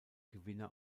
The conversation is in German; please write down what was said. gewinner